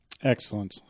Excellent